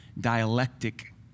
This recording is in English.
dialectic